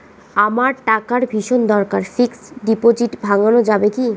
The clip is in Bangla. আমার টাকার ভীষণ দরকার ফিক্সট ডিপোজিট ভাঙ্গানো যাবে কি?